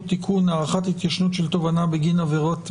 (תיקון - הארכת התיישנות של תובענה בגין עבירת מין),